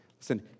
Listen